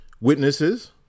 witnesses